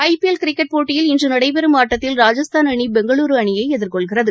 ஐ PL cricket போட்டியில் இன்றுநடைபெறும் ஆட்டத்தில் ராஜஸ்தான் அணி பெங்களூரூ அணியைஎதிர்கொள்கிறது